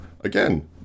again